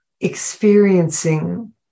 experiencing